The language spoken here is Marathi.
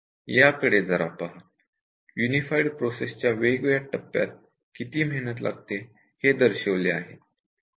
याकडे जरा पहा यूनिफाईड प्रोसेस च्या वेगवेगळ्या टप्प्यात किती मेहनत लागते हे दर्शविले आहे